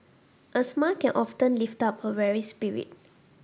a smile can often lift up a weary spirit